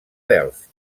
delft